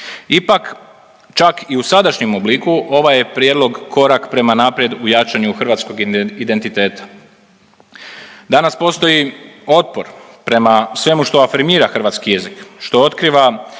ipak čak i u sadašnjem obliku ovaj je prijedlog korak prema naprijed u jačanju hrvatskog identiteta. Danas postoji otpor prema svemu što afirmira hrvatski jezik, što otkriva